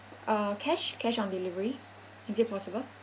uh cash cash on delivery is it possible